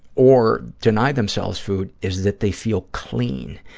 or deny themselves food, is that they feel clean.